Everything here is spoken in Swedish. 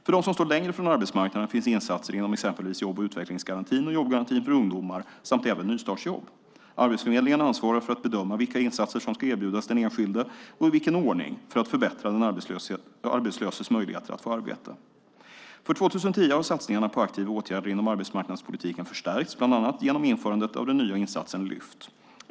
För dem som står längre från arbetsmarknaden finns insatser inom exempelvis jobb och utvecklingsgarantin och jobbgarantin för ungdomar samt även nystartsjobb. Arbetsförmedlingen ansvarar för att bedöma vilka insatser som ska erbjudas den enskilde, och i vilken ordning, för att förbättra den arbetslöses möjligheter att få arbete. För 2010 har satsningarna på aktiva åtgärder inom arbetsmarknadspolitiken förstärkts, bland annat genom införandet av den nya insatsen Lyft.